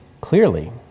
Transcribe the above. clearly